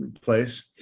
place